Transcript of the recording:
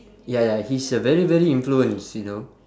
ya ya he's a very very influence you know